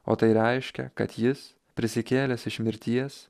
o tai reiškia kad jis prisikėlęs iš mirties